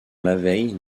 lavieille